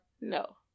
No